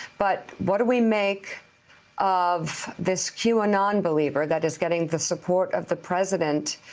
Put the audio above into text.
but what do we make of this qanon believer that is getting the support of the president.